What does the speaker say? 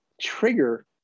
trigger